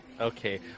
Okay